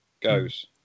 goes